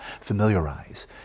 familiarize